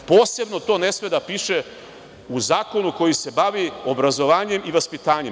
Posebno to ne sme da piše u zakonu koji se bavi obrazovanjem i vaspitanjem.